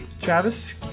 Travis